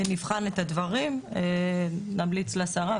נמליץ לשרה,